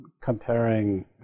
Comparing